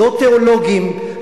לא תיאולוגים,